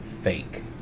fake